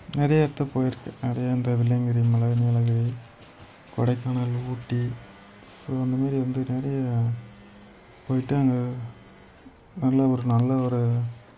நிறையா இடத்துக்கு போயிருக்கேன் நிறையா இந்த வெள்ளையங்கிரி மலை மேலகிரி கொடைக்கானல் ஊட்டி ஸோ அந்த மாதிரி வந்து நிறைய போயிட்டு அங்கே நல்ல ஒரு நல்ல ஒரு